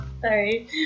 Sorry